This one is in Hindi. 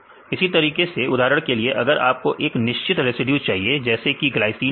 इसी तरीके से उदाहरण के लिए अगर आपको एक निश्चित रेसिड्यू चाहिए जैसे कि ग्लाइसिन 10